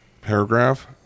paragraph